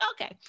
okay